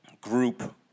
group